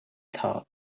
thought